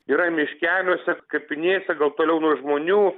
yra miškeliuose kapinėse gal toliau nuo žmonių